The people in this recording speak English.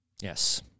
Yes